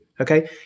Okay